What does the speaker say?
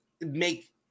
make –